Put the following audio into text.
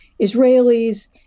Israelis